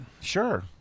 Sure